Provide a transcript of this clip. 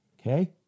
Okay